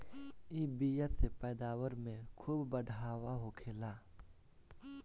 इ बिया से पैदावार में खूब बढ़ावा होखेला